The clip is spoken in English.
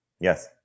Yes